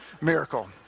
miracle